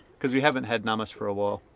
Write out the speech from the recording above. cause we haven't had namas for a while.